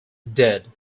dead